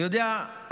אני יודע,